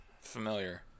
Familiar